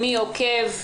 מי עוקב.